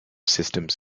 systems